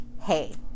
hey